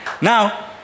Now